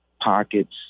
pockets